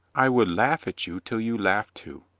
i would laugh at you till you laugh too.